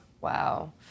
Wow